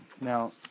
Now